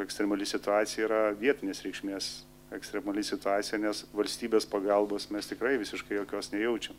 ekstremali situacija yra vietinės reikšmės ekstremali situacija nes valstybės pagalbos mes tikrai visiškai jokios nejaučiam